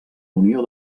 unió